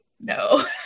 no